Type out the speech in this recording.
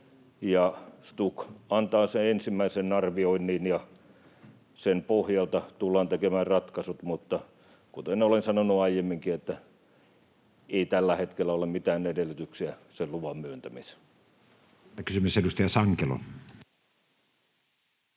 STUK antaa sen ensimmäisen arvioinnin, ja sen pohjalta tullaan tekemään ratkaisut. Mutta kuten olen sanonut aiemminkin, tällä hetkellä ei ole mitään edellytyksiä sen luvan myöntämiseen. Ja kysymys, edustaja Sankelo.